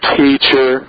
teacher